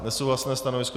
Nesouhlasné stanovisko.